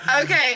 Okay